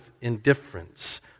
indifference